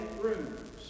rooms